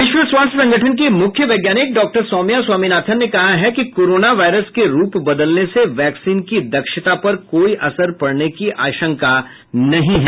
विश्व स्वास्थ्य संगठन की मुख्य वैज्ञानिक डॉ सौम्या स्वामीनाथन ने कहा है कि कोरोना वायरस के रूप बदलने से वैक्सीन की दक्षता पर कोई असर पड़ने की आशंका नहीं है